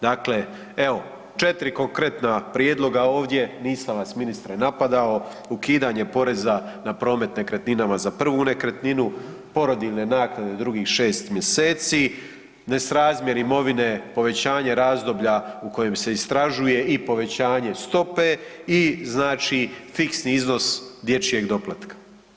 Dakle, evo četiri konkretna prijedloga ovdje, nisam vas ministre napadao, ukidanje poreza na promet nekretninama za prvu nekretninu, porodiljne naknade drugih šest mjeseci, nesrazmjer imovine povećanje razdoblja u kojem se istražuje i povećanje stope i fiksni iznos dječjeg doplatka.